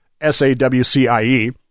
S-A-W-C-I-E